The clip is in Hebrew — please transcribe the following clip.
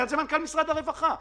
אומר את זה מנכ"ל משרד הרווחה.